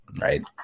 right